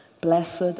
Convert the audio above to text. Blessed